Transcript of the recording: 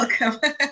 welcome